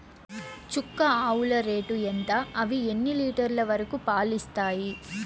చుక్క ఆవుల రేటు ఎంత? అవి ఎన్ని లీటర్లు వరకు పాలు ఇస్తాయి?